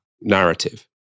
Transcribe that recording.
narrative